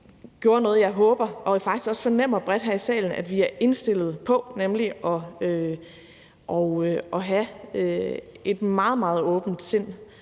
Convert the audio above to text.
gjorde noget, jeg håber og faktisk også fornemmer bredt her i salen at vi er indstillet på, nemlig at have et meget, meget åbent sind